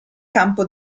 campo